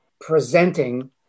presenting